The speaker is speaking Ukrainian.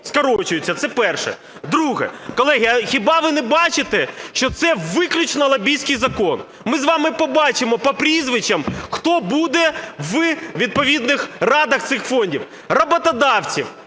скорочується. Це перше. Друге. Колеги, а хіба ви не бачите, що це виключно лобістський закон. Ми з вами побачимо по прізвищам, хто буде в відповідних радах цих фондів. Роботодавців